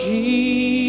Jesus